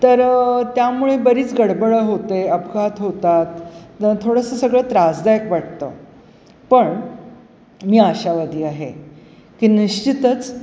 तर त्यामुळे बरीच गडबड होते अपघात होतात थोडंसं सगळं त्रासदायक वाटतं पण मी आशावादी आहे की निश्चितच